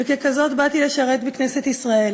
וככזאת באתי לשרת בכנסת ישראל.